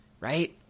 Right